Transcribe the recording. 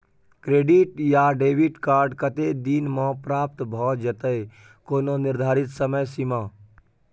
Credit या debit card कत्ते दिन म प्राप्त भ जेतै, कोनो निर्धारित समय सीमा?